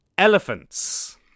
Elephants